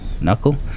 knuckle